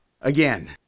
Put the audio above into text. again